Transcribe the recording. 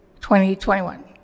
2021